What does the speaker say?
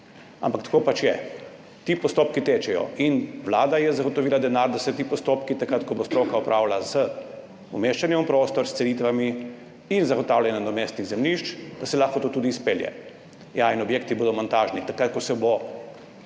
ampak tako pač je. Ti postopki tečejo in Vlada je zagotovila denar, da se ti postopki, takrat ko bo stroka opravila z umeščanjem v prostor, s cenitvami in z zagotavljanjem nadomestnih zemljišč, lahko tudi izpeljejo. In ja, objekti bodo montažni, takrat ko se bo